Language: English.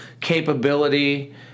capability